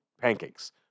pancakes